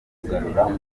kugarurura